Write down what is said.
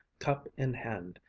cup in hand,